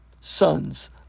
sons